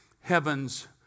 Heaven's